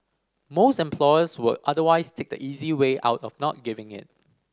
most employers will otherwise take the easy way out of not giving it